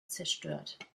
zerstört